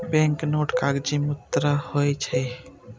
banknote कागजी मुद्रा होइ छै